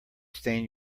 stain